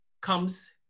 Comes